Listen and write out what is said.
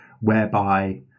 whereby